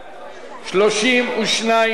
32 נגד,